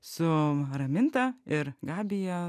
su raminta ir gabija